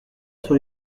sur